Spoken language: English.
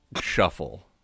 shuffle